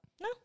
No